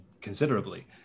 considerably